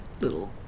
little